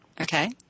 Okay